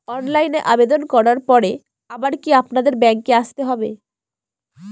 অনলাইনে আবেদন করার পরে আবার কি আপনাদের ব্যাঙ্কে আসতে হবে?